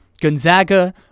Gonzaga